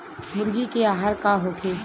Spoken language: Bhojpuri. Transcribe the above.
मुर्गी के आहार का होखे?